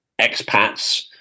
expats